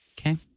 Okay